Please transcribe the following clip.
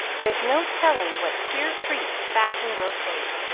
there's no telling what queer freaks fashion will take.